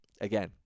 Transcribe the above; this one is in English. Again